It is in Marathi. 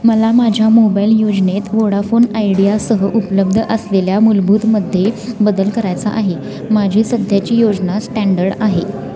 मला माझ्या मोबाईल योजनेत वोडाफोन आयडियासह उपलब्ध असलेल्या मूलभूतमध्ये बदल करायचा आहे माझी सध्याची योजना स्टँडर्ड आहे